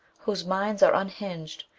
whose minds are unhinged,